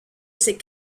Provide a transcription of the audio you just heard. ces